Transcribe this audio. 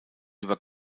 über